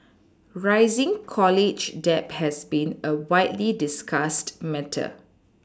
rising college debt has been a widely discussed matter